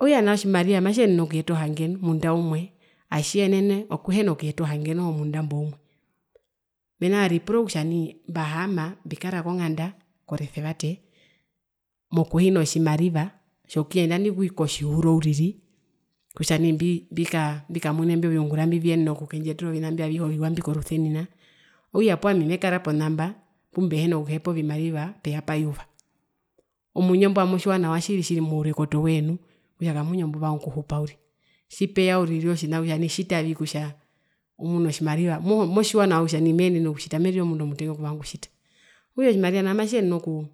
okutja nao tjimariva matjiyenene okuyeta ohange munda umwe atjiyenene okuhina kuyeta ohange noho munda imbo ware noho munda imbo umwe. Mena kutja ripura kutja nai mbahaama mbikara konganda koresevate mokuhina tjimariva tjokuyenda nangarire kotjihuro uriri kutja nai mbikaa mbikamune imbi oviungura kutja vindjiyetere ovaina avihe imbi viwa mbi korusenina okutja ami mekara ponamba pumbihina kuhepa ovimariva peyapa yuva omwinyo mbo amotjiwa nawa tjiri tjiri mourekoto woye nu kutja kamwinyo mbuvanga okuhupa uriri tjipeya uriri otjina uriri kutja tjitavi kutja umune otjimariva noho motjiwa nawa kutja meenene okutjita merire omundu omutenga okuvanga okutjita, okutja otjimariva nao matjiyenene okuu